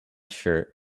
shirt